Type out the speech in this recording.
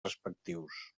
respectius